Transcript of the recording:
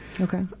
Okay